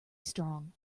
strong